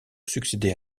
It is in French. succéder